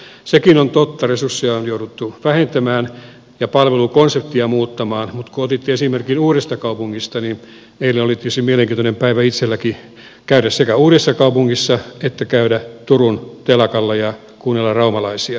sekin on totta resursseja on jouduttu vähentämään ja palvelukonseptia muuttamaan mutta kun otitte esimerkin uudestakaupungista niin eilen oli tosi mielenkiintoinen päivä itselläkin käydä sekä uudessakaupungissa että käydä turun telakalla ja kuunnella raumalaisia